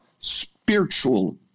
spiritual